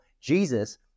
Jesus